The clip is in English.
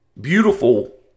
beautiful